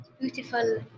beautiful